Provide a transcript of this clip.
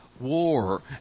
War